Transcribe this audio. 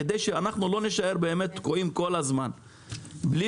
כדי שאנחנו לא נישאר תקועים כל הזמן בלי